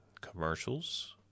commercials